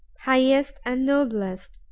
highest and noblest,